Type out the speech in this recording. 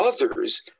others